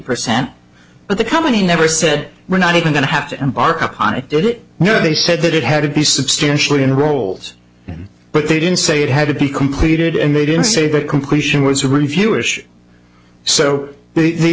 percent but the company never said we're not even going to have to embark on it did it you know they said that it had to be substantially in rolls but they didn't say it had to be completed and they didn't say that completion was a review issue so the